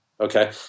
okay